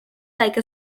like